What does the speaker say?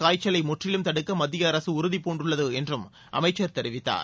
காய்ச்சலை முற்றிலும் தடுக்க மத்திய அரசு உறுதி பூண்டுள்ளது என்றும் அமைச்சர் இந்த தெரிவித்தார்